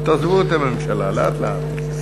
עוד תעזבו את הממשלה, לאט לאט.